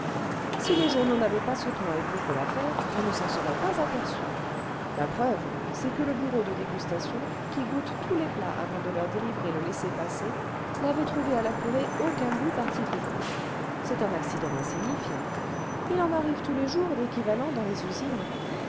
si les journaux n'avaient pas sottement ébruité l'affaire on ne s'en serait pas aperçu la preuve c'est que le bureau de dégustation qui goûte tous les plats avant de leur délivrer le laissez-passer n'avait trouvé à la le vingtième siècle purée aucun goût particulier c'est un accident insignifiant il en arrive tous les jours d'équivalents dans les usines